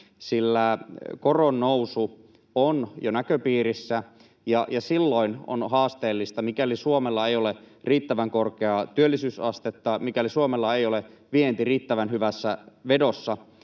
sillä koron nousu on jo näköpiirissä, ja silloin on haasteellista, mikäli Suomella ei ole riittävän korkeaa työllisyysastetta ja mikäli Suomella ei ole vienti riittävän hyvässä vedossa,